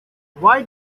why